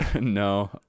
no